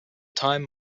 time